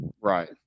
Right